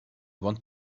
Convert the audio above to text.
want